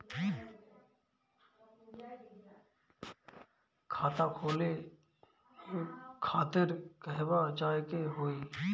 खाता खोले खातिर कहवा जाए के होइ?